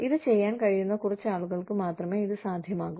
ഇത് ചെയ്യാൻ കഴിയുന്ന കുറച്ച് ആളുകൾക്ക് മാത്രമേ ഇത് സാധ്യമാകൂ